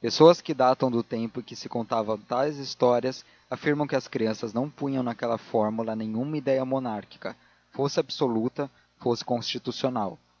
pessoas que datam do tempo em que se contavam tais histórias afirmam que as crianças não punham naquela fórmula nenhuma fé monárquica fosse absoluta fosse constitucional